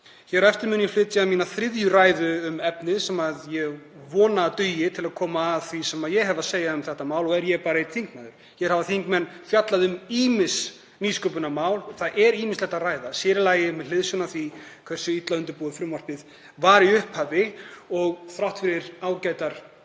Hér á eftir mun ég flytja mína þriðju ræðu um efnið sem ég vona að dugi til að koma því að sem ég hef að segja um þetta mál, og er ég þó bara einn þingmaður. Hér hafa þingmenn fjallað um ýmis nýsköpunarmál. Það er ýmislegt að ræða, sér í lagi með hliðsjón af því hversu illa undirbúið frumvarpið var í upphafi og þrátt fyrir ágætar